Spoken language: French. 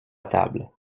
table